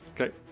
Okay